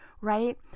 right